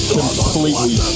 completely